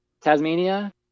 Tasmania